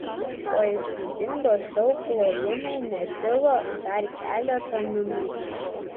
po įspūdingo šou plojimai netilo dar keletą minučių